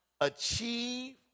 achieve